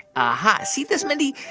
aha. see this, mindy?